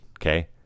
Okay